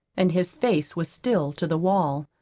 and his face was still to the wall.